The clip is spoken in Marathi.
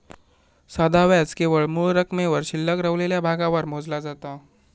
साधा व्याज केवळ मूळ रकमेवर शिल्लक रवलेल्या भागावर मोजला जाता